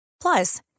Plus